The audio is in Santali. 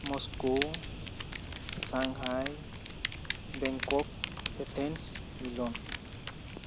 ᱢᱳᱥᱠᱳᱣ ᱥᱟᱝᱜᱷᱟᱭ ᱵᱮᱝᱠᱚᱠ ᱮᱛᱷᱮᱱᱥ ᱢᱤᱞᱚᱱ